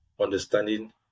understanding